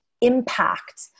impact